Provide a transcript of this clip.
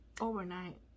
overnight